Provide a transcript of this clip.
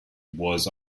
was